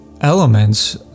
elements